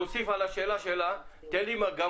אני מבקש להוסיף לשאלתה ומבקש לקבל מגמות